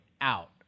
out